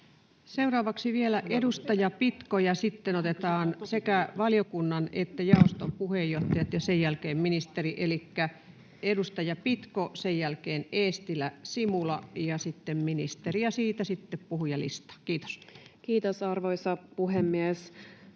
Seuraavaksi vielä edustaja Pitko, ja sitten otetaan sekä valiokunnan että jaoston puheenjohtajat ja sen jälkeen ministeri. — Elikkä edustaja Pitko, sen jälkeen Eestilä, Simula ja sitten ministeri, ja siitä sitten puhujalistaan. — Kiitos. [Speech